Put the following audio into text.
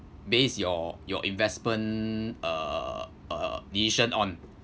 base your your investment uh uh decision on